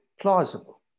plausible